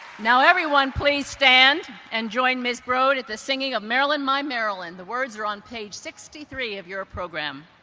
now everyone, please stand and join ms. brod in the singing of maryland, my maryland. the words are on page sixty three of your program.